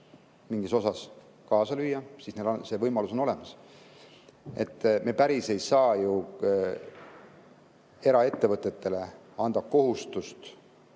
mingis asjas kaasa lüüa, neil oleks see võimalus olemas. Me päris ei saa ju eraettevõtetele panna kohustust